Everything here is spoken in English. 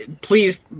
please